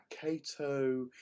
Cato